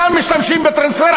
כאן משתמשים בטרנספר,